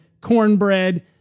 cornbread